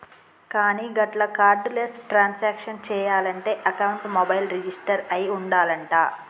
కానీ గట్ల cardless transaction చేయాలంటే అకౌంట్ మొబైల్ రిజిస్టర్ అయి ఉండాలంట